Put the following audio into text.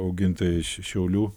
augintojai iš šiaulių